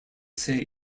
say